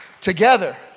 together